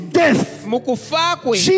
death